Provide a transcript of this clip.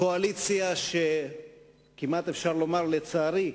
קואליציה, כמעט אפשר לומר "לצערי"